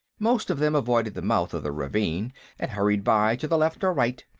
most of them avoided the mouth of the ravine and hurried by to the left or right,